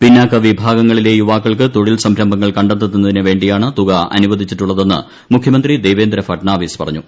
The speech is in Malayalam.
പിന്നാക്കവിഭാഗങ്ങളിലെ യുവാക്കൾക്ക് തൊഴിൽ സംരംഭങ്ങൾ കണ്ടെത്തുന്നതിനുവേണ്ടിയാണ് തുക അനുവദിച്ചിട്ടുള്ളതെന്ന് മുഖ്യമന്ത്രി ദേവേന്ദ്ര ഫട്നാവിസ് പറഞ്ഞു